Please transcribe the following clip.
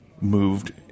moved